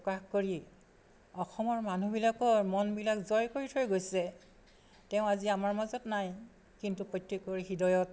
প্ৰকাশ কৰি অসমৰ মানুহবিলাকৰ মনবিলাক জয় কৰি থৈ গৈছে তেওঁ আজি আমাৰ মাজত নাই কিন্তু প্ৰত্যেকৰ হৃদয়ত